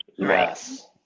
yes